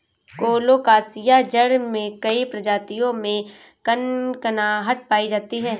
colocasia जड़ के कई प्रजातियों में कनकनाहट पायी जाती है